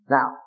Now